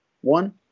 One